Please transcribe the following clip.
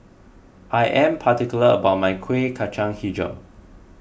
I am particular about my Kueh Kacang HiJau